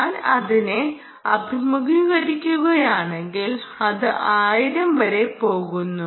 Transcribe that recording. ഞാൻ അതിനെ അഭിമുഖീകരിക്കുകയാണെങ്കിൽ അത് 1000 വരെ പോകുന്നു